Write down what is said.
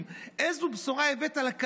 איזו בשורה הבאת לאותם ילדים?